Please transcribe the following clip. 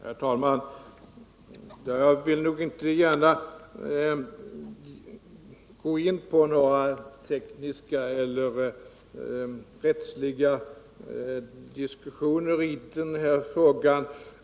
Herr talman! Jag vill inte gärna gå in på några tekniska eller rättsliga diskussioner i den här frågan.